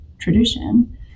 tradition